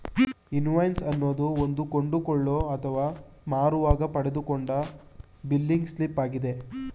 invoice ಅನ್ನೋದು ಒಂದು ಕೊಂಡುಕೊಳ್ಳೋ ಅಥವಾ ಮಾರುವಾಗ ಪಡೆದುಕೊಂಡ ಬಿಲ್ಲಿಂಗ್ ಸ್ಲಿಪ್ ಆಗಿದೆ